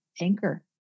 anchor